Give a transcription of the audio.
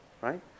right